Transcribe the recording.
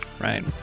Right